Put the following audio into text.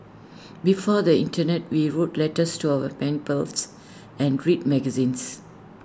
before the Internet we wrote letters to our pen pals and read magazines